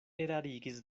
erarigis